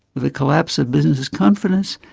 with a collapse of business confidence,